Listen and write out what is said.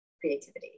creativity